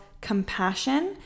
compassion